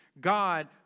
God